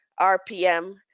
RPM